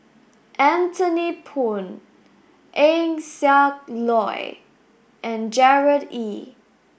Anthony Poon Eng Siak Loy and Gerard Ee